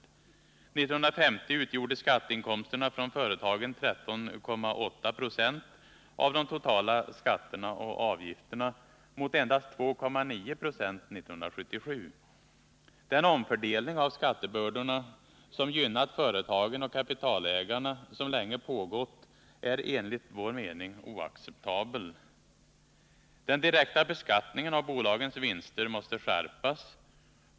År 1950 utgjorde skatteinkomsterna från företagen 13,8 20 av de totala skatterna och avgifterna mot endast 2,9 20 1977. Den omfördelning av skattebördorna, som gynnat företagen och kapitalägarna och som har pågått länge, är enligt vår mening oacceptabel. Den direkta beskattningen av bolagens vinster måste skärpas.